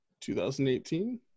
2018